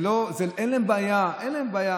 אין להם בעיה